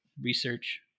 research